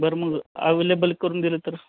बरं मग अवेलेबल करून दिलं तर